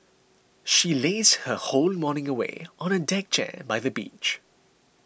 she lazed her whole morning away on a deck chair by the beach